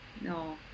No